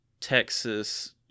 Texas